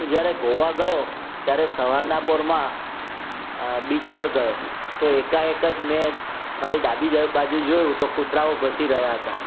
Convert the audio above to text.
હું જ્યારે ગોવા ગયો ત્યારે સવારના પહોરમાં બીચ પર ગયો તો એકાએક જ મેં મારી ડાબી બાજુ જોયું તો કુતરાઓ ભસી રહ્યાં હતાં